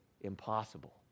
impossible